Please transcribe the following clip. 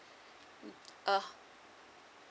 uh